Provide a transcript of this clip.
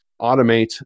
automate